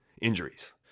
injuries